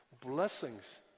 blessings